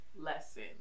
lesson